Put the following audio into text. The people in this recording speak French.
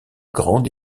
grande